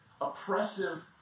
oppressive